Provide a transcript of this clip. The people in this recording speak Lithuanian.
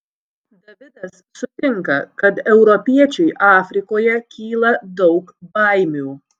davidas sutinka kad europiečiui afrikoje kyla daug baimių